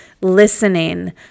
listening